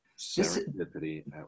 Serendipity